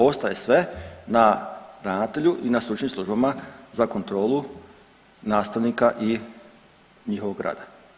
Ostaje sve na ravnatelju i na stručnim službama za kontrolu nastavnika i njihovog rada.